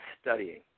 studying